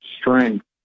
strength